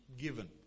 given